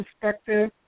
perspective